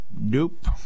nope